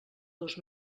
dos